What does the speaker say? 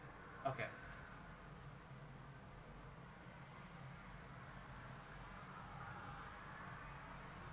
okay